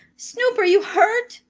snoop! are you hurt?